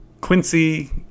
Quincy